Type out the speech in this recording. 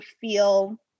feel